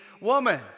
woman